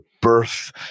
birth